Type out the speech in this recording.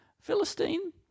Philistine